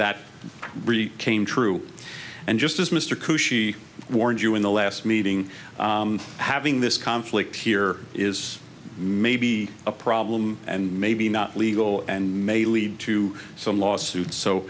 that really came true and just as mr khushi warned you in the last meeting having this conflict here is maybe a problem and maybe not legal and may lead to some lawsuits so